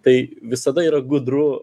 tai visada yra gudru